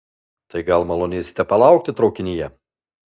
tai gal malonėsite palaukti traukinyje